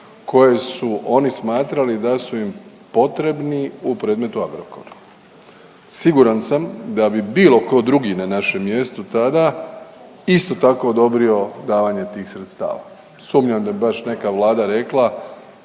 koje su oni smatrali da su im potrebni u predmetu Agrokor. Siguran sam da bi bilo ko drugi na našem mjestu tada isto tako odobrio davanje tih sredstava, sumnjam da bi baš neka Vlada rekla